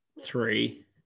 three